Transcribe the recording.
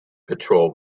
patrol